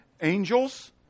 angels